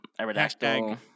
hashtag